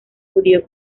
judío